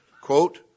Quote